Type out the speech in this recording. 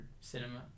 cinema